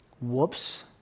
whoops